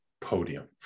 podium